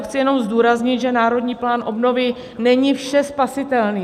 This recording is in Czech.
Chci jenom zdůraznit, že Národní plán obnovy není všespasitelný.